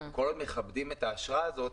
כל עוד מכבדים את האשרה הזאת,